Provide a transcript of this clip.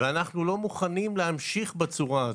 ואנחנו לא מוכנים להמשיך בצורה הזאת,